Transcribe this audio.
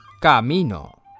Camino